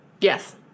yes